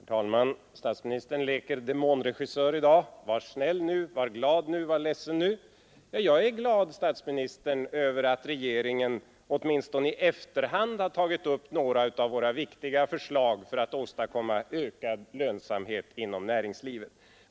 Herr talman! Statsministern leker demonregissör i dag: Var snäll nu, var glad nu, var ledsen nu! Jag är glad, herr statsminister, över att regeringen åtminstone i efterhand har tagit upp några av våra viktiga förslag för att åstadkomma ökad lönsamhet inom näringslivet.